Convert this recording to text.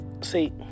See